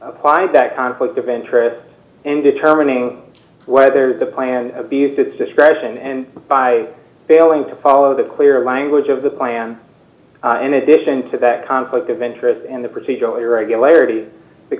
applied that conflict of interest in determining whether the plan abused its discretion and by failing to follow the clear language of the plan in addition to that conflict of interest and the procedur